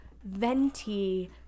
venti